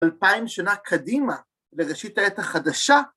אלפיים שנה קדימה לראשית העת החדשה